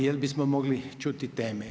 Jel' bismo mogli čuti teme?